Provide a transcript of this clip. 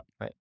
Right